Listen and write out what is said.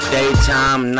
Daytime